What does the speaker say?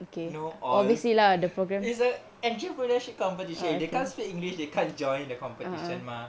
you know all it's the entrepreneur leadership competition they can't speak english they can't join the competition mah